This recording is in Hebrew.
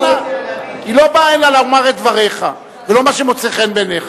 היא לא באה הנה לומר את דבריך ולא מה שמוצא חן בעיניך.